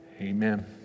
amen